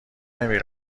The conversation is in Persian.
نمی